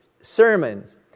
sermons